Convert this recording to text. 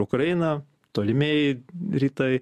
ukraina tolimieji rytai